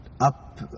up